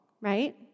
right